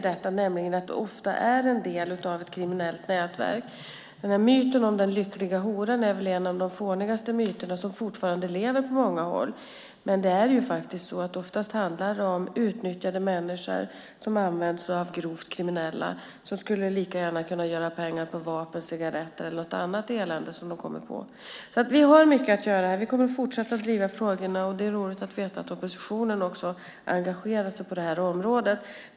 Det är ofta en del av ett kriminellt nätverk. Myten om den lyckliga horan är en av de fånigaste myter som fortfarande lever på många håll. Oftast handlar det om utnyttjade människor som används av grovt kriminella som lika gärna skulle kunna göra pengar på vapen, cigaretter eller något annat elände som de kommer på. Vi har mycket att göra. Vi kommer att fortsätta att driva frågorna. Det är roligt att veta att oppositionen också engagerar sig på det här området.